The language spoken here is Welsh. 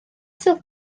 silff